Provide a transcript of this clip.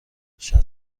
شصت